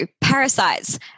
parasites